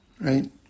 right